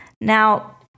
Now